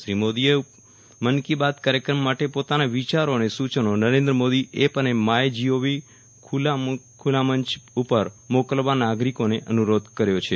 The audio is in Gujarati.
શ્રી મોદીએ ઉપર મન કી બાત કાર્ચક્રમ માટે પોતાના વિચારો અને સૂચનો નટેન્દ્રમોદી એપ અને માય જી ઓ વી ખુલ્લા મુક્ત મંચ ઉપર મોકલવા નાગરીકોને અનુરોધ કર્યો છે